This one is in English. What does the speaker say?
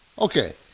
Okay